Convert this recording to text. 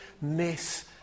miss